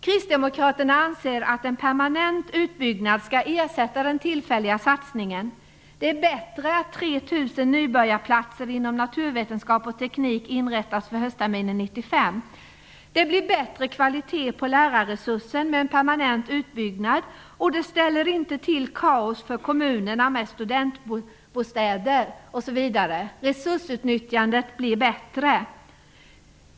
Kristdemokraterna anser att en permanent utbyggnad skall ersätta den tillfälliga satsningen. Det är bättre att 3 000 nybörjarplatser inom naturvetenskap och teknik inrättas från höstterminen 1995. Det blir bättre kvalitet på lärarresursen med en permanent utbyggnad. Det ställer inte till kaos för kommunerna med studentbostäder osv. Resursutnyttjandet blir bättre.